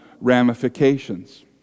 ramifications